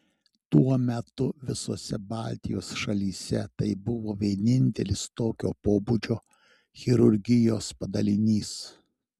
tuo metu visose baltijos šalyse tai buvo vienintelis tokio pobūdžio chirurgijos padalinys